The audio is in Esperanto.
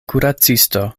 kuracisto